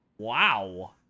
wow